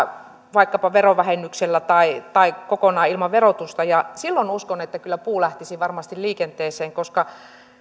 vaikkapa verovähennyksellä tai tai kokonaan ilman verotusta niin uskon että silloin kyllä puu lähtisi varmasti liikenteeseen koska